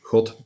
God